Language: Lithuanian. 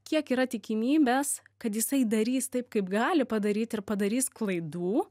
kiek yra tikimybės kad jisai darys taip kaip gali padaryti ir padarys klaidų